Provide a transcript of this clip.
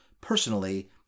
Personally